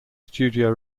studio